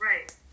right